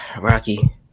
Rocky